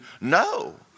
no